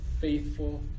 faithful